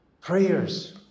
Prayers